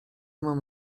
mam